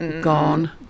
Gone